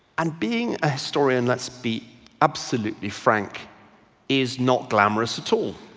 and being a historian, let's be absolutely frank is not glamorous at all.